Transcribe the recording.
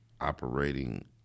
Operating